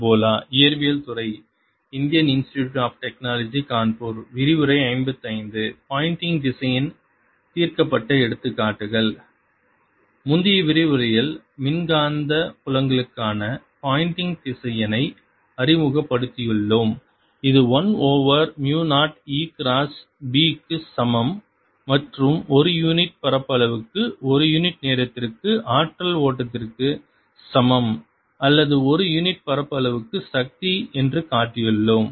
Poynting திசையன்தீர்க்கப்பட்ட எடுத்துக்காட்டுகள் முந்தைய விரிவுரையில் மின்காந்த புலங்களுக்கான போயிண்டிங் திசையனை அறிமுகப்படுத்தியுள்ளோம் இது 1 ஓவர் மு 0 E கிராஸ் B க்கு சமம் மற்றும் ஒரு யூனிட் பரப்பளவு க்கு ஒரு யூனிட் நேரத்திற்கு ஆற்றல் ஓட்டத்திற்கு சமம் அல்லது ஒரு யூனிட் பரப்பளவு க்கு சக்தி என்று காட்டியுள்ளோம்